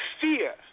fear